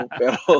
pero